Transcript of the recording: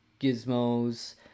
Gizmos